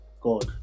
God